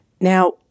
Now